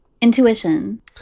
Intuition